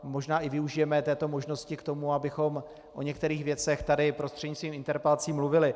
Možná i využijeme této možnosti k tomu, abychom o některých věcech tady prostřednictvím interpelací mluvili.